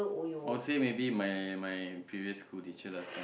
or say maybe my my my previous school teachers